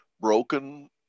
broken